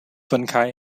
分开